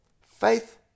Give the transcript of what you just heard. Faith